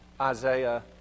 Isaiah